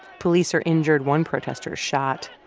police are injured. one protester shot.